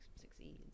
succeed